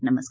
नमस्कार